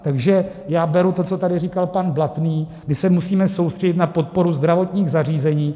Takže beru to, co tady říkal pan Blatný: my se musíme soustředit na podporu zdravotních zařízení.